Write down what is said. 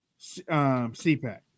CPAC